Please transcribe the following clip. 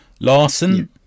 Larson